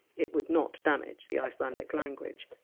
it would not damage the icelandic language.